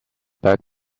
back